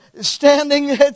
standing